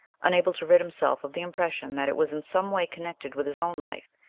unable to rid himself of the impression that it was in some way connected with his own life.